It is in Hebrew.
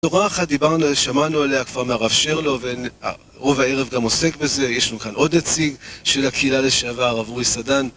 חברה אחת, שמענו עליה כבר מהרב שרלו, ורוב הערב גם עוסק בזה, יש לנו כאן עוד נציג של הקהילה לשעבר, הרב אורי סדן.